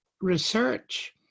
research